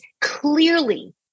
clearly